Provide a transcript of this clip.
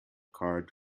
card